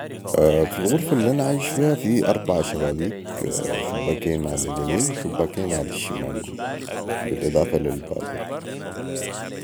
في الغرفه الانا عايش فيها في اربعه شبابيك شباكين علي اليمن وشباكين علي الشمال بي الاضافة لي الباب